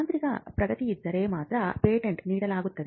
ತಾಂತ್ರಿಕ ಪ್ರಗತಿಯಿದ್ದರೆ ಮಾತ್ರ ಪೇಟೆಂಟ್ ನೀಡಲಾಗುತ್ತದೆ